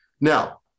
Now